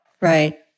Right